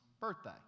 birthday